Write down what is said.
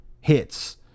hits